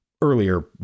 earlier